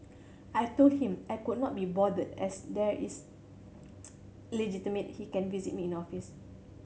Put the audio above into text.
I told him I could not be bothered as there is legitimate he can visit me in office